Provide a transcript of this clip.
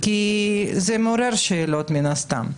כי זה מעורר שאלות, מן הסתם.